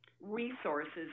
resources